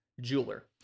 jeweler